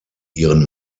ihren